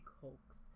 hoax